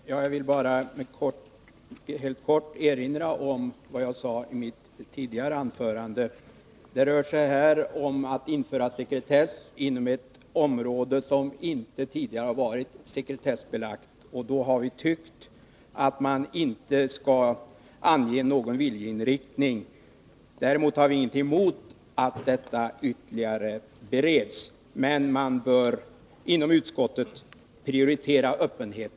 Herr talman! Jag vill bara helt kortfattat erinra om vad jag sade i mitt tidigare anförande. Det rör sig här om att införa sekretess inom ett område som inte tidigare har varit sekretessbelagt. Vi har då tyckt att man inte skall ange någon viljeinriktning. Vi har ingenting emot att frågan bereds ytterligare, men på nuvarande stadium bör man enligt utskottets uppfattning prioritera öppenhet.